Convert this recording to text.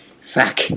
Fuck